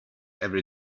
every